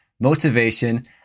motivation